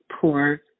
poor